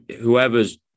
whoever's